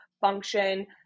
function